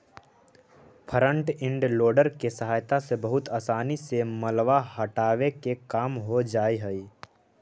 front end loader के सहायता से बहुत असानी से मलबा हटावे के काम हो जा हई